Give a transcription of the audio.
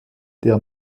der